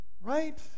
Right